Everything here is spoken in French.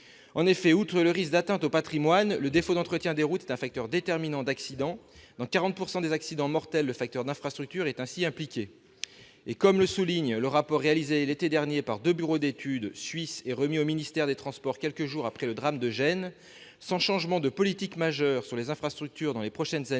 En effet, outre le risque d'atteinte au patrimoine, le défaut d'entretien des routes est un facteur déterminant d'accidents. Dans 40 % des accidents mortels, l'état des infrastructures est en cause. Comme le souligne le rapport réalisé l'été dernier par deux bureaux d'études suisses et remis au ministère des transports quelques jours après le drame de Gênes, « sans changement de politique majeur sur les infrastructures dans les prochaines années,